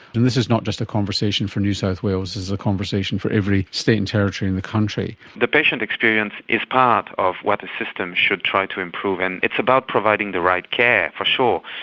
and this is not just a conversation for new south wales, this is a conversation for every state and territory in the country. the patient experience is part of what the system should try to improve. and it's about providing the right care, for sure,